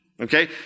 okay